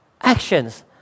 actions